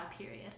period